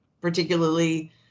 particularly